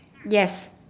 yes